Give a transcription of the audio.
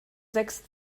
sechs